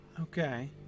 Okay